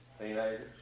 teenagers